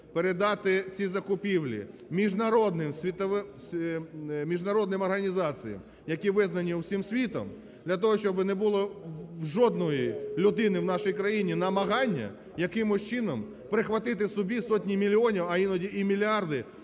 передати ці закупівлі міжнародним організаціям, які визнані усім світом для того, щоб не було жодної людини в нашій країні намагання якимось чином прихватити собі сотні мільйонів, а іноді і мільярди,